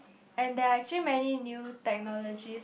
and there are actually many new technologies